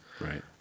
Right